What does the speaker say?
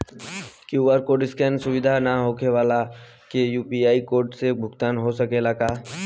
QR code scan सुविधा ना होखे वाला के यू.पी.आई कोड से भुगतान हो सकेला का?